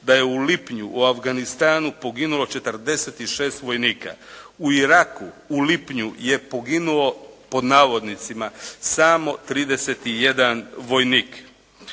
da je u lipnju u Afganistanu poginulo 46 vojnika, u Iraku u lipnju je poginulo, pod navodnicima "samo 31" vojnik.